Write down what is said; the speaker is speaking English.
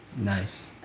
Nice